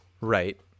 Right